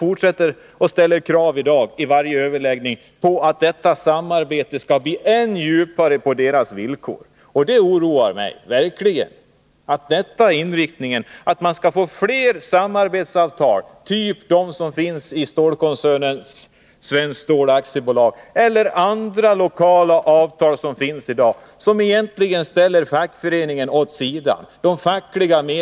De ställer i dag i varje överläggning krav på att detta samarbete skall bli än djupare, på deras villkor, och det oroar mig verkligen att detta är inriktningen: att man vill ha fler samarbetsavtal av den typ som finns i stålkoncernen Svenskt Stål AB eller andra lokala avtal som finns i dag. De avtalen ställer fackföreningarnas medlemmar åt sidan.